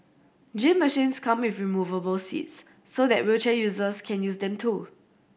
gym machines come with removable seats so that wheelchair users can use them too